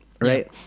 right